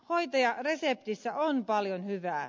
hoitajareseptissä on paljon hyvää